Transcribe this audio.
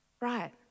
Right